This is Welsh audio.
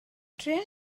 trïa